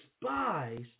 despised